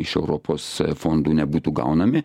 iš europos fondų nebūtų gaunami